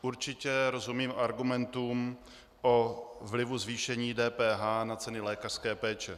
Určitě rozumím argumentům o vlivu zvýšení DPH na ceny lékařské péče.